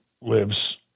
lives